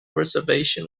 reservation